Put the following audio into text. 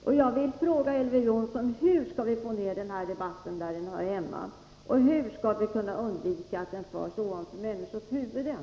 Jag vill alltså fråga Elver Jonsson: Hur skall vi få ner den här debatten där den hör hemma? Hur skall vi kunna undvika att den förs ovanför människors huvuden?